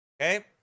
Okay